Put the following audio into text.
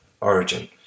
origin